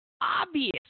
obvious